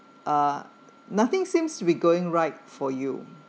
uh nothing seems to be going right for you